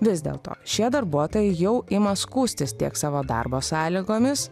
vis dėlto šie darbuotojai jau ima skųstis tiek savo darbo sąlygomis